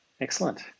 Excellent